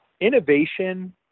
innovation